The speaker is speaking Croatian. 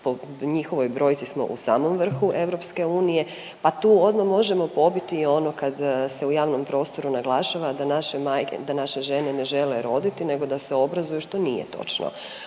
po njihovoj brojci smo u samom vrhu EU, pa tu odma možemo pobiti i ono kad se u javnom prostoru naglašava da naše majke, da naše žene ne žele roditi nego da se obrazuju, što nije točno.